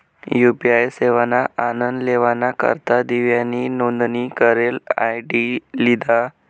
UPI सेवाना आनन लेवाना करता दिव्यानी नोंदनी करेल आय.डी लिधा